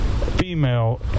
female